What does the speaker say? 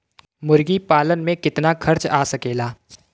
मुर्गी पालन में कितना खर्च आ सकेला?